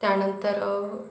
त्यानंतर